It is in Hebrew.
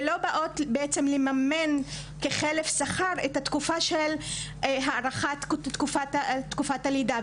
ולא באות בעצם לממן כחלף שכר את התקופה של הארכת תקופת הלידה.